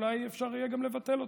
אולי אפשר יהיה גם לבטל אותו.